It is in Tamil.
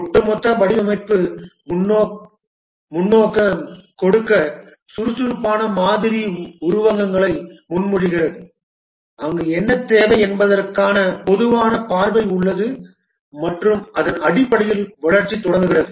ஒட்டுமொத்த வடிவமைப்பு முன்னோக்கைக் கொடுக்க சுறுசுறுப்பான மாதிரி உருவகங்களை முன்மொழிகிறது அங்கு என்ன தேவை என்பதற்கான பொதுவான பார்வை உள்ளது மற்றும் அதன் அடிப்படையில் வளர்ச்சி தொடங்குகிறது